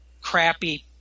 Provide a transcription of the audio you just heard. crappy